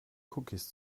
cookies